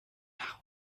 nach